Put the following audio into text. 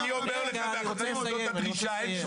אני אומר לך, זאת הדרישה, אין שום דבר אחר.